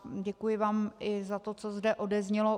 Děkuji vám i za to, co zde odeznělo.